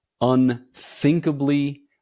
unthinkably